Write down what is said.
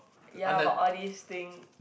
ya but all these thing